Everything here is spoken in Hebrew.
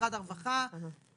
ממשרד הרווחה או ממקום אחר,